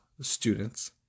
students